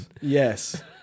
yes